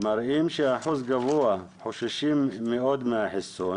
מראים ששיעור גבוה חושש מאוד מהחיסון.